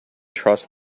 trust